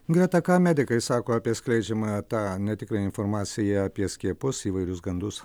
greta ką medikai sako apie skleidžiamą tą netikrą informaciją apie skiepus įvairius gandus